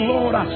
Lord